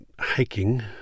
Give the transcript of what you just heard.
hiking